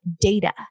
data